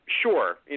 Sure